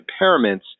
impairments